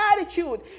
attitude